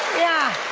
yeah,